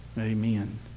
Amen